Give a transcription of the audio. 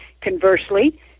Conversely